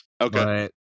Okay